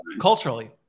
culturally